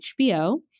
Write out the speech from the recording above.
HBO